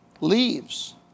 leaves